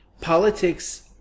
politics